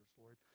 Lord